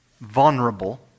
vulnerable